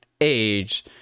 age